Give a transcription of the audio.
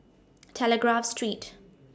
Telegraph Street